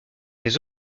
des